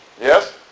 Yes